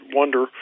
wonder